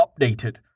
updated